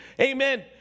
amen